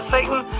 Satan